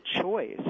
choice